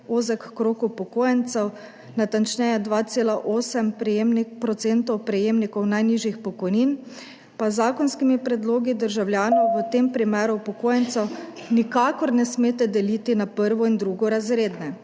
ozek krog upokojencev, natančneje 2,8 % prejemnikov najnižjih pokojnin, pa z zakonskimi predlogi državljanov, v tem primeru upokojencev, nikakor ne smete deliti na prvo- in drugorazredne.